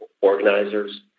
organizers